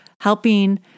helping